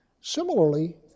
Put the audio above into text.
Similarly